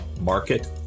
Market